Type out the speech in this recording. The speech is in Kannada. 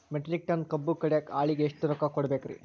ಮೆಟ್ರಿಕ್ ಟನ್ ಕಬ್ಬು ಕಡಿಯಾಕ ಆಳಿಗೆ ಎಷ್ಟ ರೊಕ್ಕ ಕೊಡಬೇಕ್ರೇ?